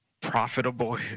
profitable